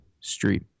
Street